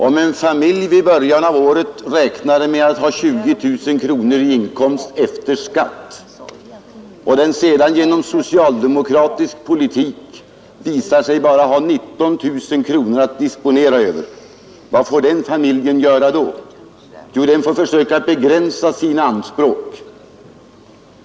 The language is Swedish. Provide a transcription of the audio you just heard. Om en familj i början av året räknade med att ha 20 000 kronor i inkomst efter skatt, och det sedan visar sig att familjen genom den socialdemokratiska politiken bara har 19 000 kronor att disponera över, vad får den familjen göra då? Jo, den får försöka begränsa sina anspråk.